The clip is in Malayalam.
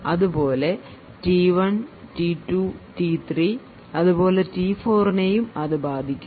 അതുപോലെ T1T2T3 അതുപോലെ T4 നേയും ഇത് ബാധിക്കും